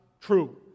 true